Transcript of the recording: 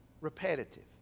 repetitive